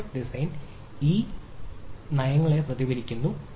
network design ഈ നയങ്ങളെ പ്രതിഫലിപ്പിക്കണം